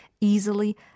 easily